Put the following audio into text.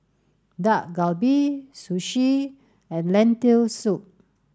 Dak Galbi Sushi and Lentil soup